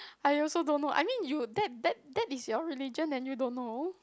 I also don't know I mean you that that that is your religion and you don't know